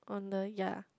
on the ya